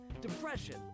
depression